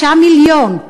6 מיליון,